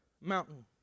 mountain